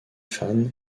fans